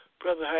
Brother